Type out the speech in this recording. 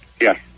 Yes